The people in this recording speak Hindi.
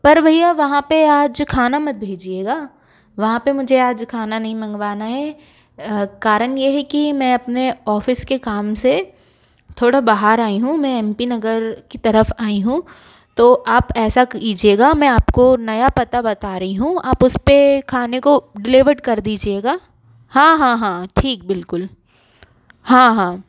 पर भैया वहाँ पर आज खाना मत भेजिएगा वहाँ पर मुझे आज खाना नहीं मंगवाना है कारण ये है कि मैं अपने ऑफिस के काम से थोड़ा बाहर आई हूँ मैं एम पी नगर की तरफ़ आई हूँ तो आप ऐसा कीजिएगा मैं आप को नया पता बता रही हूँ आप उस पर खाने को डिलेभर्ड कर दीजिएगा हाँ हाँ हाँ ठीक बिल्कुल हाँ हाँ